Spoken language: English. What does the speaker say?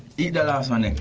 eat that last one